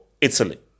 Italy